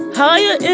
higher